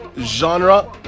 genre